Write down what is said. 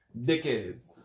Dickheads